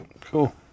Cool